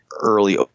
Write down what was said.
early